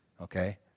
okay